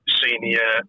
senior